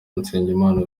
nzeyimana